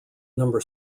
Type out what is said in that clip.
number